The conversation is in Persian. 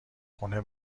خونه